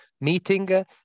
Meeting